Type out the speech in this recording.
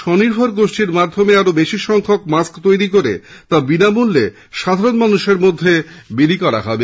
স্বনির্ভর গোষ্ঠীর মাধ্যমে আরও বেশিসংখ্যক মাস্ক তৈরি করে তা বিনামূল্যে সাধারণ মানষের মধ্যে বিলি করা হবে